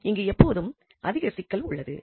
இங்கு எப்பொழுதும் அதிக சிக்கல் உள்ளது